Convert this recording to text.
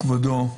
כבודו,